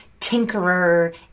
tinkerer